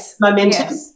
momentum